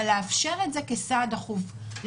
אבל לאפשר את זה כסעד דחוף.